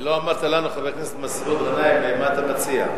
לא אמרת לנו, חבר הכנסת גנאים, מה אתה מציע.